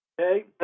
Okay